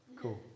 cool